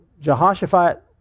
Jehoshaphat